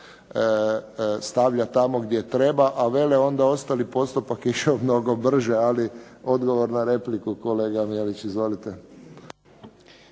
stavlja tamo gdje treba a vele onda ostali postupak je išao mnogo brže. Odgovor na repliku kolega Mihalić. Izvolite.